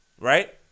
Right